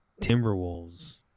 timberwolves